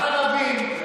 גם ערבים,